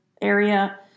area